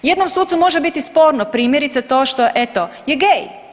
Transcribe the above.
Jednom sucu može biti sporno primjerice to što je eto je gay.